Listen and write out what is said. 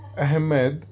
ahmed